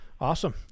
Awesome